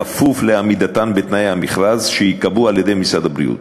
כפוף לעמידתו בתנאי המכרז שייקבעו על-ידי משרד הבריאות,